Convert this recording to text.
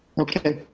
okay.